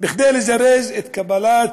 כדי לזרז קבלת